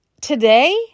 today